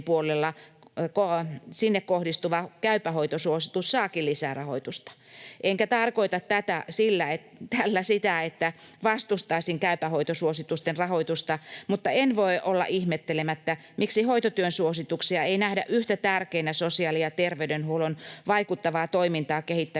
sinne kohdistuva Käypä hoito ‑suositus saakin lisärahoitusta. Enkä tarkoita tätä tällä sitä, että vastustaisin Käypä hoito ‑suositusten rahoitusta, mutta en voi olla ihmettelemättä, miksi hoitotyön suosituksia ei nähdä yhtä tärkeinä sosiaali‑ ja terveydenhuollon vaikuttavaa toimintaa kehittävinä